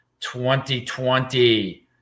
2020